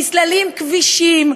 נסללים כבישים,